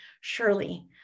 surely